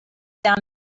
down